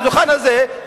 על הדוכן הזה,